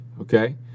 okay